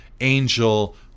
angel